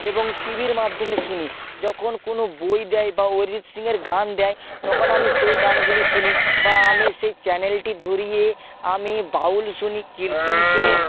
এবং টি ভির মাধ্যমে শুনি যখন কোনো বই দেয় বা অরিজিত সিংয়ের গান দেয় তখন আমি সেই গানগুলি শুনি বা আমি সেই চ্যানেলটি ধরিয়ে আমি বাউল শুনি কীর্তন শুনি